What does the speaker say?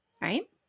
Right